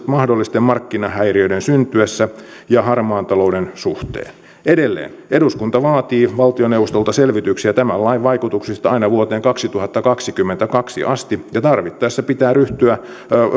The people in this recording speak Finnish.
mahdollisten markkinahäiriöiden syntyessä ja harmaan talouden suhteen edelleen eduskunta vaatii valtioneuvostolta selvityksiä tämän lain vaikutuksista aina vuoteen kaksituhattakaksikymmentäkaksi asti ja tarvittaessa